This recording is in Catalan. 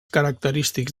característics